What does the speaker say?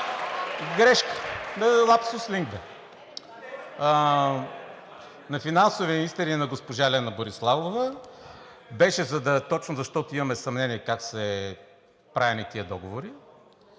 Грешка. Лапсус, линк бе. …на финансовия министър и на госпожа Лена Бориславова беше, за да е точно, защото имаме съмнение как са правени тези договори,